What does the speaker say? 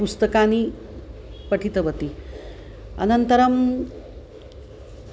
पुस्तकानि पठितवती अनन्तरम्